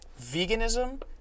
veganism